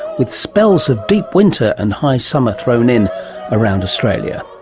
with spells of deep winter and high summer thrown in around australia.